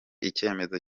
icyemezo